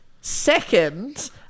second